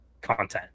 content